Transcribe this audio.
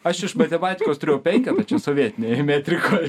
aš iš matematikos turėjau penketą čia sovietinėj metrikoj